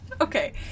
Okay